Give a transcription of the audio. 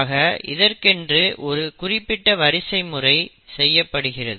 ஆக இதற்கென்று ஒரு குறிப்பிட்ட வரிசை முறை செய்யப்படுகிறது